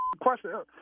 Question